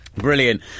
brilliant